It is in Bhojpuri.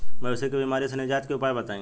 मवेशी के बिमारी से निजात के उपाय बताई?